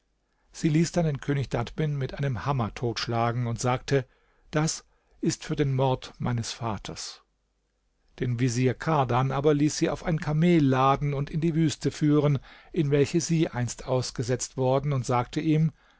sie ließ dann den könig dadbin mit einem hammer totschlagen und sagte das ist für den mord meines vaters den vezier kardan aber ließ sie auf ein kamel laden und in die wüste führen in welche sie einst ausgesetzt worden und sagte ihm